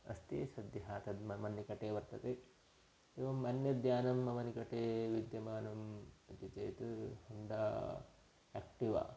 अस्ति सद्यः तद् मम निकटे वर्तते एवम् अन्यद्यानं मम निकटे विद्यमानम् इति चेत् होण्डा याक्टिवा